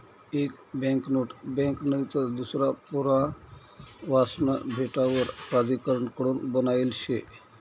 एक banknote bank नईतर दूसरा पुरावासना भेटावर प्राधिकारण कडून बनायेल शे